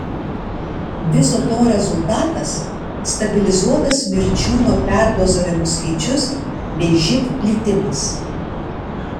viso to rezultatas stabilizuotas mirčių nuo perdozavimų skaičius bei živ plitimas